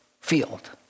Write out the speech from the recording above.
field